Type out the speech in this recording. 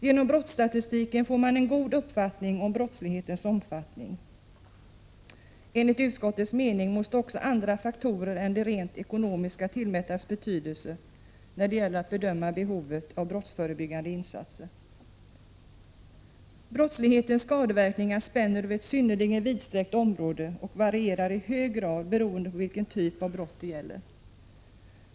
Genom brottsstatistiken får man en god uppfattning om brottslighetens omfattning. Enligt utskottets mening måste också andra faktorer än de rent ekonomiska tillmätas betydelse när det gäller att bedöma behovet av brottsförebyggande insatser. Brottslighetens skadeverkningar spänner över ett synnerligen vidsträckt område och varierar i hög grad beroende på vilken typ av brott det gäller.